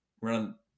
run